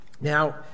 Now